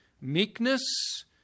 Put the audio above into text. meekness